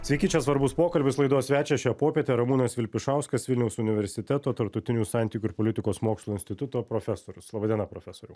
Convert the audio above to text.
sveiki čia svarbus pokalbis laidos svečias šią popietę ramūnas vilpišauskas vilniaus universiteto tarptautinių santykių ir politikos mokslų instituto profesorius laba diena profesoriau